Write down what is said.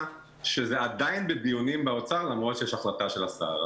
שזה עדיין בדיונים באוצר למרות ההחלטה של השר.